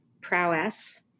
prowess